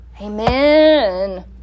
Amen